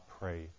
pray